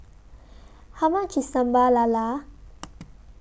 How much IS Sambal Lala